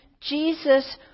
Jesus